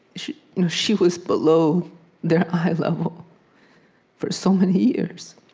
she you know she was below their eye level for so many years.